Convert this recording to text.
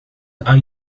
are